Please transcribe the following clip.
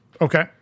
Okay